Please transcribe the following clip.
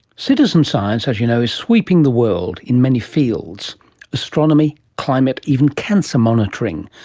citizen science, as you know, is sweeping the world in many fields astronomy, climate, even cancer monitoring.